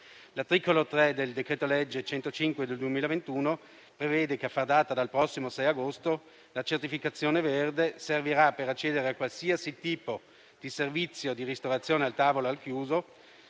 L'articolo 3 del decreto-legge 23 luglio 2021, n. 105, prevede che, a far data dal prossimo 6 agosto, la certificazione verde servirà per accedere a qualsiasi tipo di servizio di ristorazione al tavolo al chiuso,